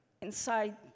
inside